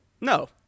No